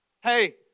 Hey